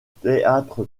théâtre